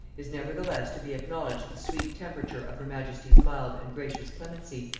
is nevertheless to be acknowledged the sweet temperature of her majesty's mild and gracious clemency,